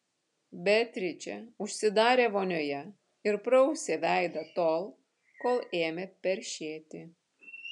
beatričė užsidarė vonioje ir prausė veidą tol kol ėmė peršėti